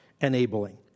enabling